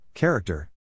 Character